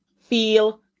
feel